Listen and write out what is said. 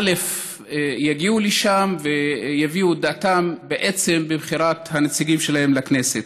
שיגיעו לשם ויביעו את דעתם בעצם בחירת הנציגים שלהם לכנסת.